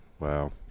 Wow